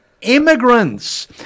immigrants